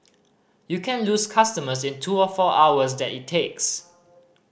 you can lose customers in the two or four hours that it takes